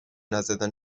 نزدن